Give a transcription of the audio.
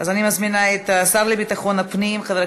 אני מזמינה את השר לביטחון הפנים חבר